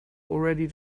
already